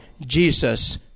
Jesus